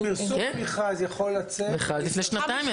כן, מכרז לפני שנתיים יצא.